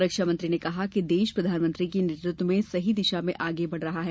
रक्षामंत्री ने कहा कि देश प्रधानमंत्री के नेतृत्व में सही दिशा में बढ़ रहा है